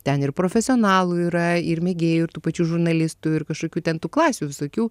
ten ir profesionalų yra ir mėgėjų ir tų pačių žurnalistų ir kažkokių ten tų klasių visokių